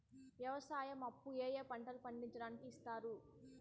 వ్యవసాయం అప్పు ఏ ఏ పంటలు పండించడానికి ఇస్తారు?